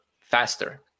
faster